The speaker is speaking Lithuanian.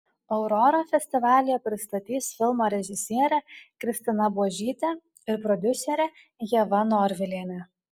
aurorą festivalyje pristatys filmo režisierė kristina buožytė ir prodiuserė ieva norvilienė